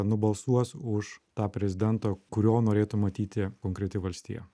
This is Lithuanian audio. nubalsuos už tą prezidentą kurio norėtų matyti konkreti valstija